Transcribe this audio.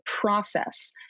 process